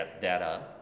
data